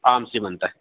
आम् श्रीमन्तः